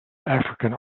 african